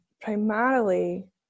primarily